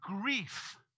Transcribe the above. grief